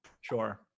Sure